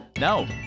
No